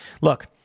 Look